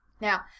Now